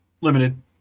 Limited